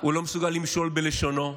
הוא לא מסוגל למשול בלשונו,